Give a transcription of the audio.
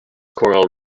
choral